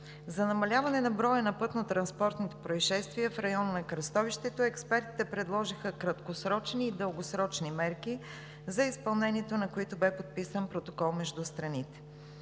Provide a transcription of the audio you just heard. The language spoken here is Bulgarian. За намаляване на броя на пътнотранспортните произшествия в района на кръстовището експертите предложиха краткосрочни и дългосрочни мерки, за изпълнението на които бе подписан протокол между страните.